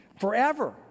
forever